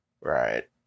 right